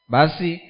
Basi